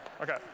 okay